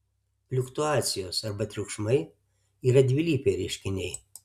fliuktuacijos arba triukšmai yra dvilypiai reiškiniai